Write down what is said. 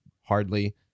hardly